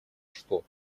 что